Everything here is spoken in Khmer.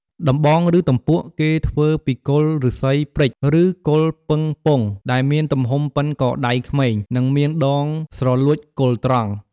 ដំបង ឬទំពក់គេធ្វើពីគល់ឬស្សីព្រេច ឬគល់ពឹងពង់ ដែលមានទំហំប៉ុនកដៃក្មេង និងមានដងស្រលួតគល់ត្រង់ ។